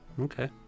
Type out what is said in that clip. Okay